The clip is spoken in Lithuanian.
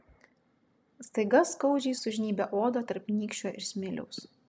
staiga skaudžiai sužnybia odą tarp nykščio ir smiliaus